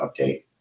update